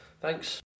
Thanks